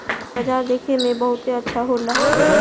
इ बाजार देखे में बहुते अच्छा होला